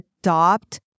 adopt